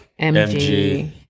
MG